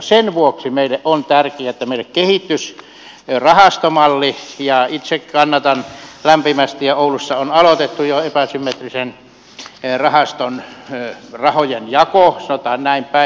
sen vuoksi meille on tärkeää että meille kehittyisi rahastomalli ja itse kannatan lämpimästi ja oulussa on aloitettu jo epäsymmetrisen rahaston rahojen jako sanotaan näin päin